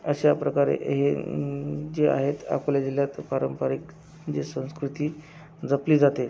अशा प्रकारे हे जे आहेत अकोला जिल्ह्यात पारंपारिक जे संस्कृती जपली जाते